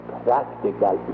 practical